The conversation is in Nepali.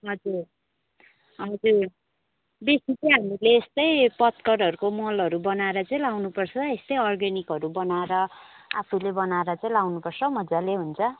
हजुर हजुर बेसी चाहिँ हामीले यस्तै पत्करहरूको मलहरू बनाएर चाहिँ लाउनुपर्छ यस्तै अर्ग्यानिकहरू बनाएर आफूले बनाएर चाहिँ लाउनुपर्छ मजाले हुन्छ